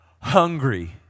hungry